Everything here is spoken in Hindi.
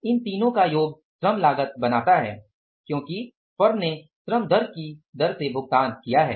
इन तीनों का योग श्रम लागत बनाता है क्योंकि फर्म ने श्रम दर की दर से भुगतान किया है